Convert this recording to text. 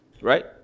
Right